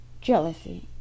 Jealousy